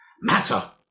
Matter